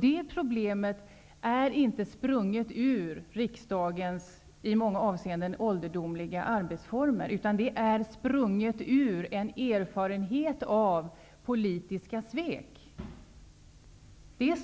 Det problemet är inte sprunget ur riksdagens i många avseenden ålderdomliga arbetsformer, utan det är sprunget ur en erfarenhet av politiska svek.